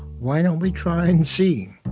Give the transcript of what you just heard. why don't we try and see?